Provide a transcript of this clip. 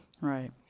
Right